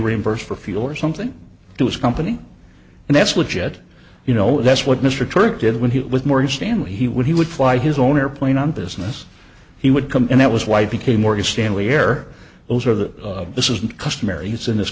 reimbursed for fuel or something to his company and that's what jet you know that's what mr turk did when he was morgan stanley he would he would fly his own airplane on business he would come and that was why i became morgan stanley air those are the of this isn't customary use in this